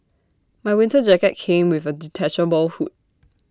my winter jacket came with A detachable hood